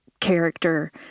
character